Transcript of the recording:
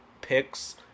Picks